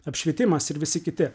apšvietimas ir visi kiti